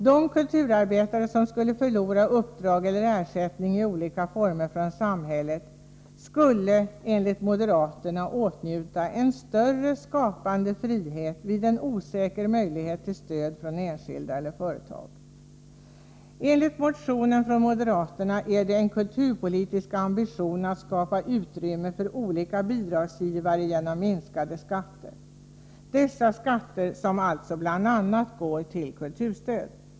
De kulturarbetare som skulle förlora uppdrag eller ersättning i olika former från samhället skulle enligt moderaterna åtnjuta en större skapande frihet vid en osäker möjlighet till stöd från enskilda eller företag. Enligt motionen från moderaterna är det en kulturpolitisk ambition att skapa utrymme för olika bidragsgivare genom minskade skatter, alltså skatter som bl.a. går till kulturstöd.